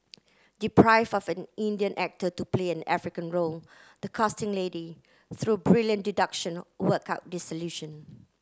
deprived of an Indian actor to play an African role the casting lady through brilliant deduction work out the solution